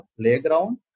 playground